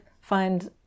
Find